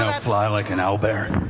yeah fly like an owlbear?